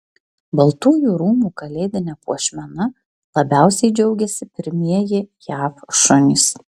baltųjų rūmų kalėdine puošmena labiausiai džiaugiasi pirmieji jav šunys